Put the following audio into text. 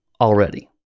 already